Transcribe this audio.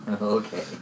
Okay